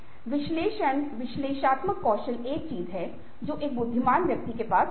विश्लेषण विश्लेषणात्मक कौशल वह चीज है जो एक बुद्धिमान व्यक्ति के पास होती है